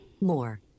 more